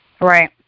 Right